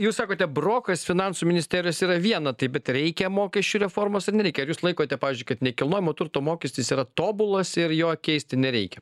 jūs sakote brokas finansų ministerijos yra viena taip bet reikia mokesčių reformos ar nereikia ar jūs laikote pavyzdžiui kad nekilnojamo turto mokestis yra tobulas ir jo keisti nereikia